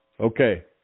Okay